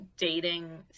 dating